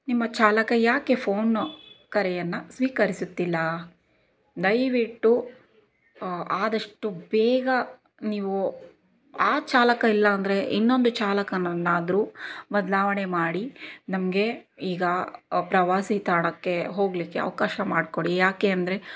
ನಿಮ್ಮ ಚಾಲಕ ಯಾಕೆ ಫೋನ್ ಕರೆಯನ್ನು ಸ್ವೀಕರಿಸುತ್ತಿಲ್ಲ ದಯವಿಟ್ಟು ಆದಷ್ಟು ಬೇಗ ನೀವು ಆ ಚಾಲಕ ಇಲ್ಲ ಅಂದರೆ ಇನ್ನೊಂದು ಚಾಲಕನನ್ನಾದರೂ ಬದಲಾವಣೆ ಮಾಡಿ ನಮಗೆ ಈಗ ಪ್ರವಾಸಿ ತಾಣಕ್ಕೆ ಹೋಗ್ಲಿಕ್ಕೆ ಅವಕಾಶ ಮಾಡಿಕೊಡಿ ಯಾಕೆ ಅಂದರೆ